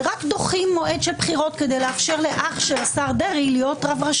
שרק דוחים מועד של בחירות כדי לאפשר לאח של השר דרעי להיות רב ראשי,